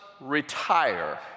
retire